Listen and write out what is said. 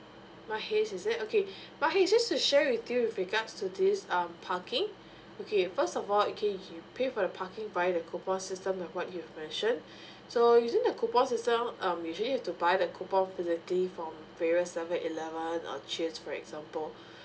mahes is it okay mahes just to share with you with regards to this um parking okay first of all okay you pay for the parking via the coupon system like what you mentioned so using the coupons system um usually have to buy the coupon from various seven elven or cheers for example